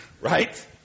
Right